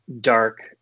dark